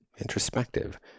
introspective